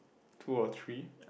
two or three